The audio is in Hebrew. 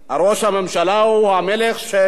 ראש הממשלה הוא המלך של,